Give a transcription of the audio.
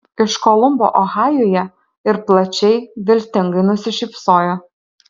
iš kolumbo ohajuje ir plačiai viltingai nusišypsojo